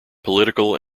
political